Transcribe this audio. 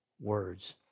words